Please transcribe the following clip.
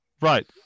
Right